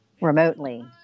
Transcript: remotely